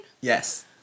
Yes